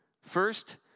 First